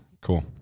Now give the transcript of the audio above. cool